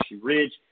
Ridge